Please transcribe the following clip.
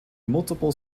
multiple